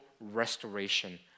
restoration